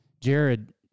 Jared